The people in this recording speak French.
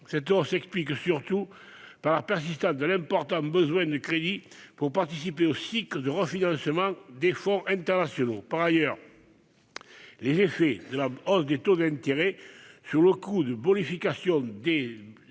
Cette hausse s'explique surtout par la persistance d'un important besoin de crédits pour participer aux cycles de refinancement des fonds internationaux. Par ailleurs, les effets de la hausse des taux d'intérêt sur le coût des opérations de